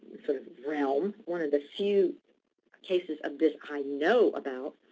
sort of realm, one of the few cases of this i know about,